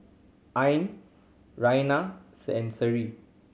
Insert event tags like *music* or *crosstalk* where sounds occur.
Ain *unintelligible* and Seri